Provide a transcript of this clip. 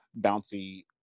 bouncy